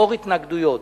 לנוכח התנגדויות,